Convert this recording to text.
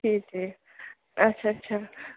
ٹھیٖک ٹھیٖک اَچھا اَچھا